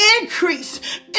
increase